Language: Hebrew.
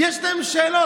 יש להם שאלות.